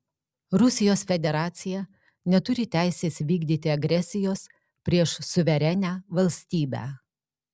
rusijos federacija neturi teisės vykdyti agresijos prieš suverenią valstybę